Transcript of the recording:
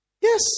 Yes